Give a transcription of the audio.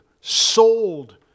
sold